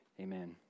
Amen